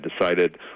decided